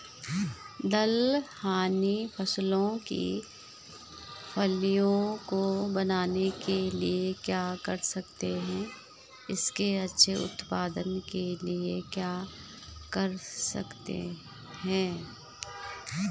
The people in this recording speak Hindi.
दलहनी फसलों की फलियों को बनने के लिए क्या कर सकते हैं इसके अच्छे उत्पादन के लिए क्या कर सकते हैं?